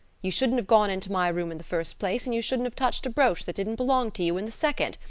you shouldn't have gone into my room in the first place and you shouldn't have touched a brooch that didn't belong to you in the second.